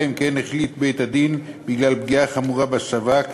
אלא אם כן החליט בית-הדין, בגלל פגיעה חמורה בספק,